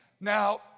Now